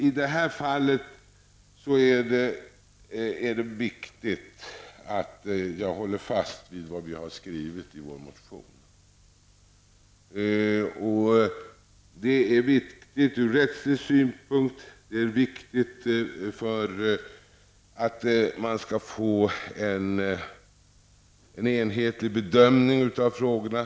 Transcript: I det här fallet håller jag fast vid vad vi har skrivit i vår motion. Det är viktigt ur rättvisesynpunkt, det är viktigt för att man skall kunna göra en enhetlig bedömning av frågorna.